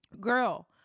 girl